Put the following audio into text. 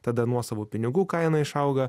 tada nuosavų pinigų kaina išauga